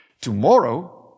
Tomorrow